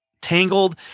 tangled